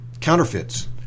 counterfeits